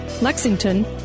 Lexington